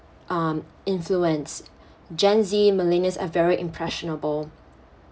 um influence gen Z millenials are very impressionable